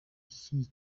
cy’iki